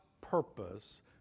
purpose